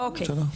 בסדר?